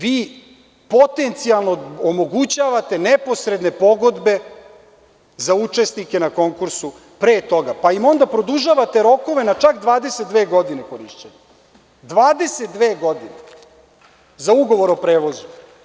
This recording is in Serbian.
Vi potencijalno omogućavate neposredne pogodbe za učesnike na konkursu pre toga pa im onda produžavate rokove na čak 22 godine korišćenja, 22 godine za ugovor o prevozu.